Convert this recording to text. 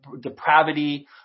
depravity